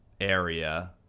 area